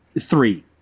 three